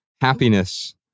Happiness